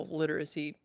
literacy